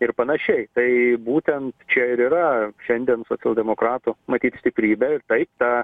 ir panašiai tai būtent čia ir yra šiandien socialdemokratų matyt stiprybė taip ta